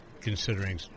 considering